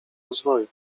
rozwoju